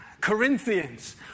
Corinthians